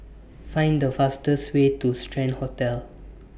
Find The fastest Way to Strand Hotel